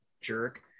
jerk